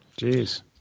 Jeez